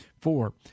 four